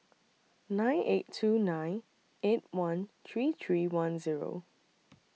nine eight two nine eight one three three one Zero